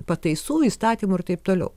pataisų įstatymo ir taip toliau